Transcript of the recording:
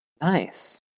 Nice